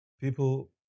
people